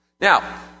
Now